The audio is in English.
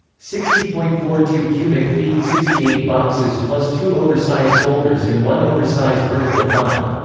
sixty point four two cubic feet sixty eight boxes plus two oversize folders and one oversize vertical file.